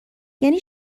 یعنی